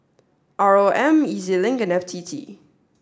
R O M E Z Link and F T T